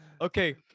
Okay